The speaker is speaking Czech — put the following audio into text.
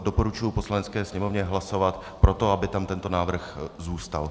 Doporučuji Poslanecké sněmovně hlasovat pro to, aby tam tento návrh zůstal.